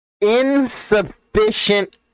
insufficient